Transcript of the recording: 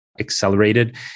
accelerated